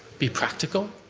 be practical?